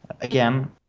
again